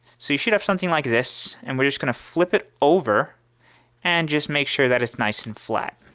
so you should have something like this and we're just going to flip it over and just make sure that it's nice and flat.